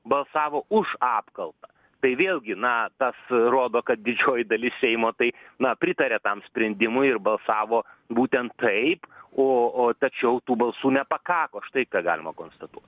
balsavo už apkaltą tai vėlgi na tas rodo kad didžioji dalis seimo tai na pritarė tam sprendimui ir balsavo būtent taip o o tačiau tų balsų nepakako štai ką galima konstatuo